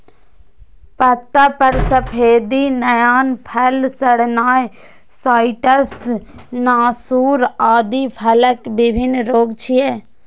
पत्ता पर सफेदी एनाय, फल सड़नाय, साइट्र्स नासूर आदि फलक विभिन्न रोग छियै